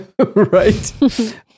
right